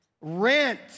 Rent